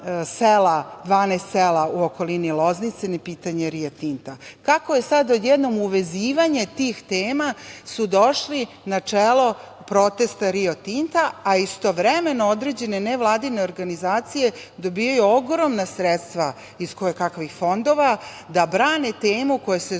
pitanju 12 sela u okolini Loznice, ni pitanje „Rio Tinta“?Kako je sad odjednom uvezivanje tih tema, su došli na čelo protesta „Rio Tinta“, a istovremeno određene nevladine organizacije dobijaju ogromna sredstva iz kojekakvih fondova da brane temu koja se